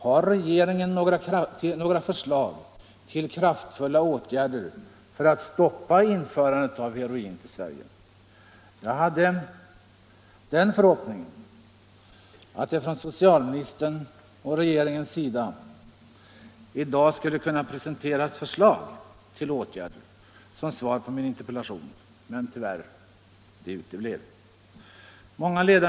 Har regeringen några förslag till kraftfulla åtgärder för att stoppa införandet av heroin till Sverige? Jag hade den förhoppningen att det från socialministern och regeringen i dag skulle kunna presenteras förslag till åtgärder som svar på min interpellation, men det förslaget uteblev tyvärr.